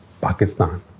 Pakistan